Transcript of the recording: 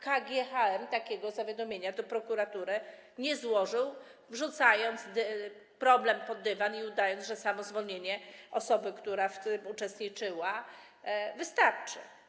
KGHM takiego zawiadomienia do prokuratury nie złożył, zamiatając problem pod dywan i udając, że samo zwolnienie osoby, która w tym uczestniczyła, wystarczy.